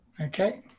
Okay